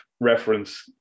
reference